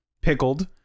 Pickled